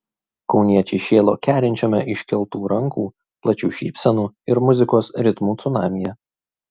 kauniečiai šėlo kerinčiame iškeltų rankų plačių šypsenų ir muzikos ritmų cunamyje